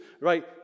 right